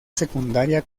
secundaria